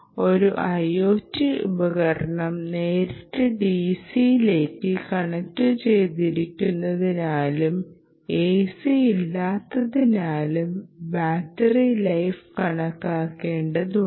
ഒരു IOT ഉപകരണം നേരിട്ട് DCയിലേക്ക് കണക്റ്റുചെയ്തിരിക്കുന്നതിനാലും AC ഇല്ലാത്തതിനാലും ബാറ്ററി ലൈഫ് കണക്കാക്കേണ്ടതുണ്ട്